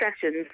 sessions